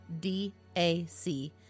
DAC